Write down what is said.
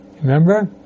Remember